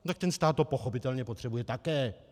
Tak ten stát to pochopitelně potřebuje také.